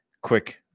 quick